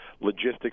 logistics